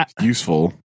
useful